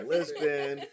Lisbon